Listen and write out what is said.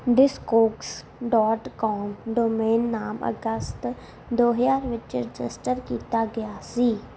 Discogs dot com domain ਨਾਮ ਅਗਸਤ ਦੋ ਹਜ਼ਾਰ ਵਿੱਚ ਰਜਿਸਟਰ ਕੀਤਾ ਗਿਆ ਸੀ